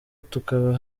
tukaba